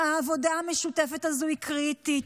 העבודה המשותפת הזאת היא קריטית.